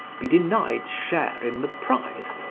be denied share in the prize,